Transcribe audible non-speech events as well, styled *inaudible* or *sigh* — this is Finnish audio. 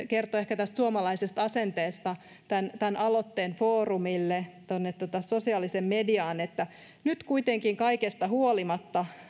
*unintelligible* kertoo ehkä tästä suomalaisesta asenteesta mitä yksi ihminen kirjoitti tämän aloitteen foorumille sosiaaliseen mediaan nyt kuitenkin kaikesta huolimatta